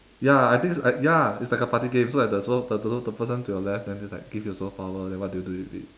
ya I think it's ya it's like a party game so like the so the so the person to your left then just like give you a superpower then what do you do with it